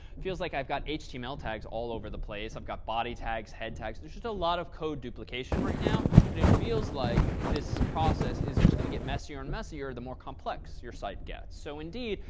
feels like i've got html tags all over the place. i've got body tags, head tags, there's such a lot of code duplication right now, and it feels like this process is just going to get messier and messier, the more complex your site gets. so indeed,